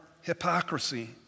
hypocrisy